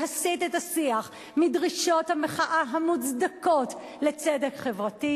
להסיט את השיח מדרישות המחאה המוצדקות לצדק חברתי